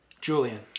Julian